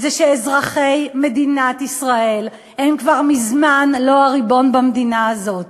שאזרחי מדינת ישראל הם כבר מזמן לא הריבון במדינה הזאת.